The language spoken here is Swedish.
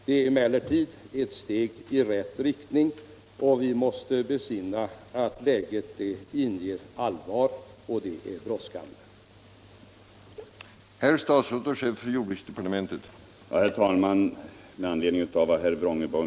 Det är emellertid ett steg i rätt riktning, och vi måste besinna att läget är allvarligt och kräver brådskande åtgärder.